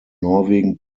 norwegen